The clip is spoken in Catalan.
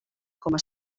coma